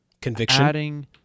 Conviction